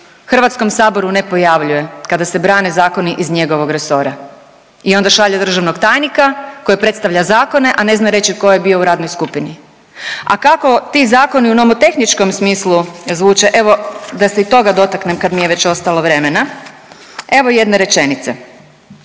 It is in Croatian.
nikada se u HS-u ne pojavljuje kada se brane zakoni iz njegovog resora i onda šalje državnog tajnika koji predstavlja zakone, a ne zna reći tko je bio u radnoj skupini. A kako ti zakoni u nomotehničkom smislu zvuče? Evo, da se i toga dotaknem kad mi je već ostalo vremena. Evo jedne rečenice.